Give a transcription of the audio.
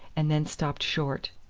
and then stopped short.